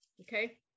okay